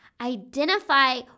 identify